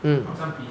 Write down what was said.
mm